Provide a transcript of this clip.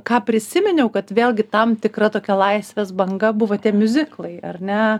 ką prisiminiau kad vėlgi tam tikra tokia laisvės banga buvo tie miuziklai ar ne